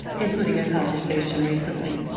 including a conversation recently.